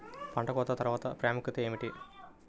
పంట కోత తర్వాత ప్రాముఖ్యత ఏమిటీ?